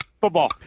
Football